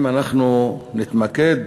אם אנחנו נתמקד